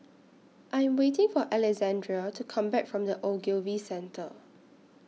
I'm waiting For Alexandria to Come Back from The Ogilvy Centre